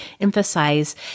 emphasize